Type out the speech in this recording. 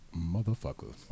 motherfucker